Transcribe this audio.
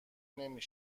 نمی